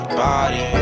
body